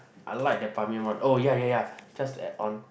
I like the Ban-Mian one oh yeah yeah yeah just to add on